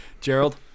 Gerald